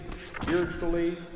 spiritually